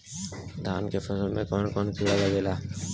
धान के फसल मे कवन कवन कीड़ा लागेला?